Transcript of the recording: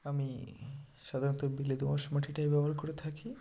আমি সাধারণত বেলে দোআঁশ মাটিটাই ব্যবহার করে থাকি